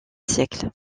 siècle